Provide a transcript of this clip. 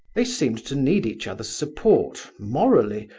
they seemed to need each other's support, morally,